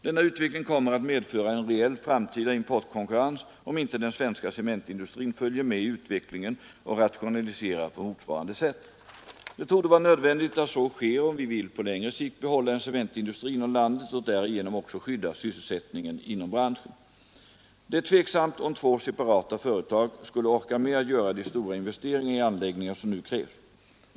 Denna utveckling kommer att medföra en reell framtida importkonkurrens om inte den svenska cementindustrin följer med i utvecklingen och rationaliserar på motsvarande sätt. Det torde vara nödvändigt att så sker om vi vill på längre sikt behålla en cementindustri inom landet och därigenom också skydda sysselsättningen inom branschen. Det är tveksamt om två separata företag skulle orka med att göra de stora investeringar i anläggningar som nu krävs.